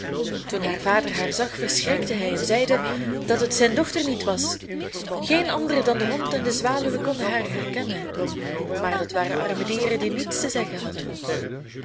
toen haar vader haar zag verschrikte hij en zeide dat het zijn dochter niet was geen anderen dan de hond en de zwaluwen konden haar herkennen maar dat waren arme dieren die niets te zeggen hadden